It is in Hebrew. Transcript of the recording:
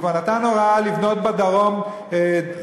והוא כבר נתן הוראה לבנות בדרום כיתות,